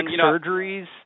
surgeries